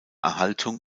erhaltung